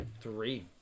three